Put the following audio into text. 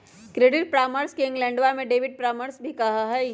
credit परामर्श के इंग्लैंडवा में डेबिट परामर्श भी कहा हई